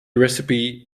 recipe